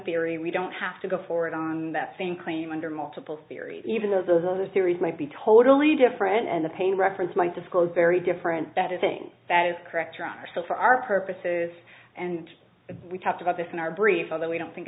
theory we don't have to go for it on that same claim under multiple theories even though those other theories might be totally different and the pain reference might disclose very different that a thing that is correct your honor so for our purposes and we talked about this in our brief although we don't think